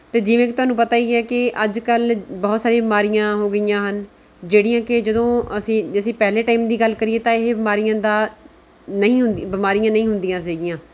ਅਤੇ ਜਿਵੇਂ ਕਿ ਤੁਹਾਨੂੰ ਪਤਾ ਹੀ ਹੈ ਕਿ ਅੱਜ ਕੱਲ੍ਹ ਬਹੁਤ ਸਾਰੀਆਂ ਬਿਮਾਰੀਆਂ ਹੋ ਗਈਆਂ ਹਨ ਜਿਹੜੀਆਂ ਕਿ ਜਦੋਂ ਅਸੀਂ ਜੇ ਅਸੀਂ ਪਹਿਲੇ ਟਾਇਮ ਦੀ ਗੱਲ ਕਰੀਏ ਤਾਂ ਇਹ ਬਿਮਾਰੀਆਂ ਦਾ ਨਹੀਂ ਹੁੰਦੀਆਂ ਬਿਮਾਰੀਆਂ ਨਹੀਂ ਹੁੰਦੀਆਂ ਸੀਗੀਆਂ